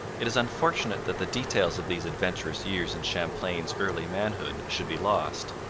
it is unfortunate that the details of these adventurous years in champlain's early manhood should be lost.